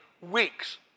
weeks